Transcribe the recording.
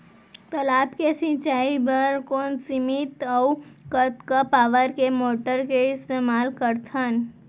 तालाब से सिंचाई बर कोन सीमित अऊ कतका पावर के मोटर के इस्तेमाल करथन?